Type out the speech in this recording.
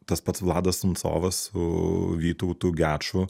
tas pats vladas suncovas su vytautu geču